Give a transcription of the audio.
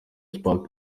spark